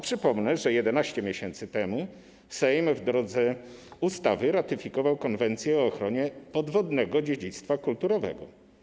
Przypomnę, że 11 miesięcy temu Sejm w drodze ustawy ratyfikował Konwencję o ochronie podwodnego dziedzictwa kulturowego.